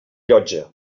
llotja